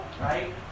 right